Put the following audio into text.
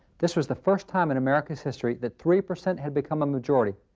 this was the first time in america's history that three percent had become a majority.